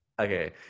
Okay